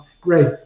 Great